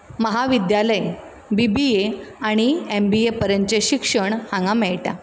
आनी त्या नंतर महाविद्यालय बीबीए आनी एमबीए पर्यंतचे शिक्षण हांगा मेळटा